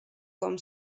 com